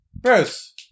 Bruce